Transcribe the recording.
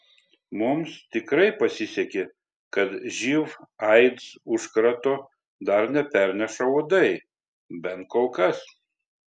mums tikrai pasisekė kad živ aids užkrato dar neperneša uodai bent kol kas